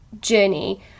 journey